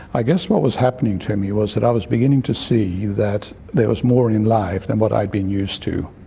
i guess what was happening to me was i was beginning to see that there was more in life than what i'd been used to,